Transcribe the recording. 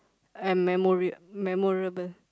and memorial memorable